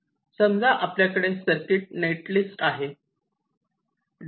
समजा आपल्याकडे circuit net list आहे